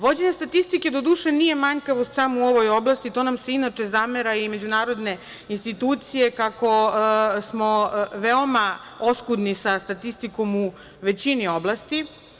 Vođenje statistike do duše nije manjkavost samo u ovoj oblasti, to nam se inače zamera, i međunarodne institucije, kako smo veoma oskudni sa statistikom u većini oblasti.